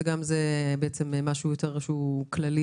שגם זה משהו כללי,